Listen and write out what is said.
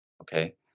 okay